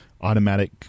automatic